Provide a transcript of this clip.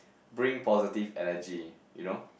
bring positive energy you know